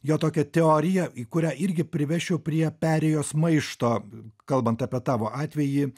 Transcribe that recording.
jo tokia teorija į kurią irgi privesčiau prie perėjos maišto kalbant apie tavo atvejį